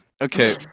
Okay